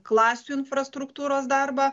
klasių infrastruktūros darbą